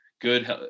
good